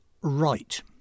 right